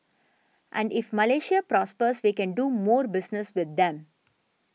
and if Malaysia prospers we can do more business with them